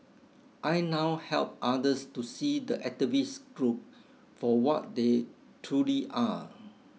I now help others to see the activist group for what they truly are